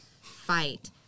fight